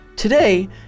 Today